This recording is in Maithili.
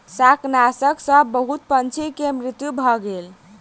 शाकनाशक सॅ बहुत पंछी के मृत्यु भ गेल